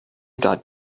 got